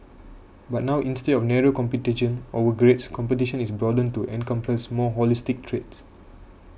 but now instead of narrow competition over grades competition is broadened to encompass more holistic traits